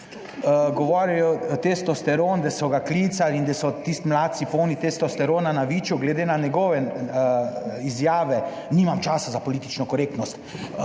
Govoril je testosteron, da so ga klicali in da so tisti mladci polni testosterona na Viču. Glede na njegove izjave, nimam časa za politično korektnost,